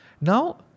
Now